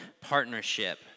Partnership